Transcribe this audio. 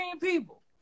people